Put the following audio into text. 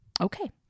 okay